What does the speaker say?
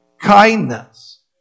kindness